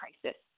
crisis